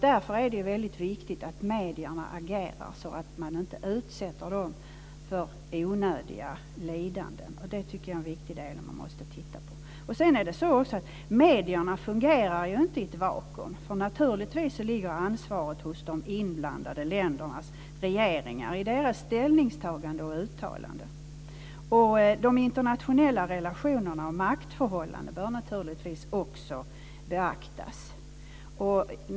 Därför är det väldigt viktigt att medierna agerar så att man inte utsätter de människorna för onödiga lidanden. Det tycker jag är en viktig del som man måste titta på. Medierna fungerar inte i ett vakuum. Ansvaret ligger naturligtvis hos de inblandade ländernas regeringar för deras ställningstaganden och uttalanden. De internationella relationerna och maktförhållandena bör också beaktas.